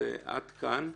אז עד כאן יעל,